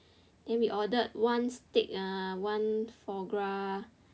then we ordered one steak ah one foie gras